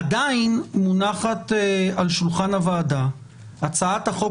עדיין מונחת על שולחן הוועדה הצעת החוק